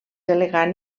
elegant